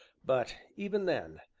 but, even then,